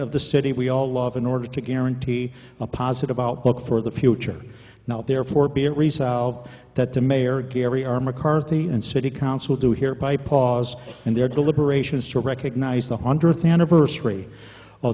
of the city we all love in order to guarantee a positive outlook for the future not therefore be it resolved that the mayor gary r mccarthy and city council do here by pause in their deliberations to recognize the hundredth anniversary o